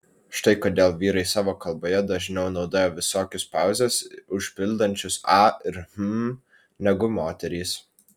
štai kodėl vyrai savo kalboje dažniau naudoja visokius pauzes užpildančius a ir hm negu moterys